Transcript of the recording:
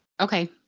Okay